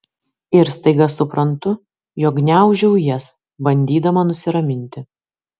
ir staiga suprantu jog gniaužau jas bandydama nusiraminti